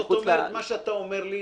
מה שאתה אומר לי,